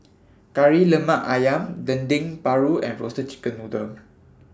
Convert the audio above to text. Kari Lemak Ayam Dendeng Paru and Roasted Chicken Noodle